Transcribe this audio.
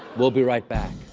we'll be right back.